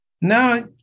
Now